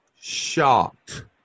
shocked